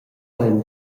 ein